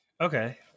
okay